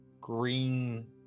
green